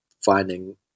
finding